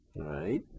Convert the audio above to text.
right